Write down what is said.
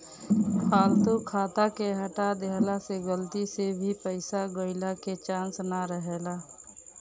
फालतू खाता के हटा देहला से गलती से भी पईसा गईला के चांस ना रहेला